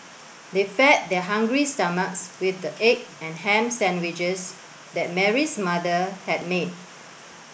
they fed their hungry stomachs with the egg and ham sandwiches that Mary's mother had made